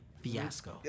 fiasco